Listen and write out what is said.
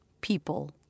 people